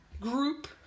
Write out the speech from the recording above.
group